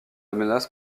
menace